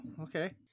okay